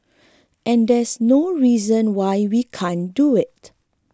and there's no reason why we can't do it